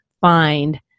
find